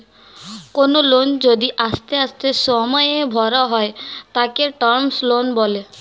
কোনো লোন যদি আস্তে আস্তে সময়ে ভরা হয় তাকে টার্ম লোন বলে